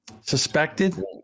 Suspected